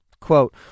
Quote